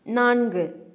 நான்கு